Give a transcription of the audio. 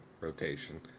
rotation